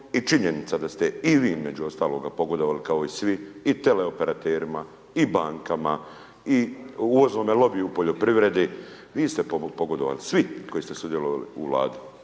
i činjenica da ste i vi među ostalima pogodovali kao i svi i teleoperaterima i bankama i uvoznome lobiju u poljoprivredi, vi ste pogodovali, svi koji ste sudjelovali u Vladi.